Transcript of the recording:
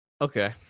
Okay